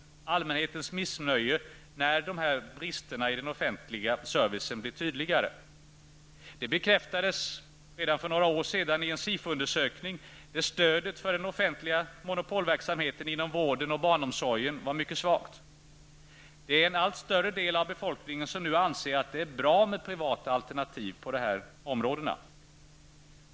Allmänhetens missnöje växer när bristerna i den offentliga servicen blir tydligare. Det bekräftades redan för några år sedan i en SIFO-undersökning att stödet för offentliga monopol inom vård och barnomsorg är mycket svagt. En allt större andel av befolkningen anser det vara bra med privata alternativ på de här områdena.